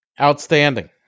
Outstanding